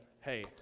hey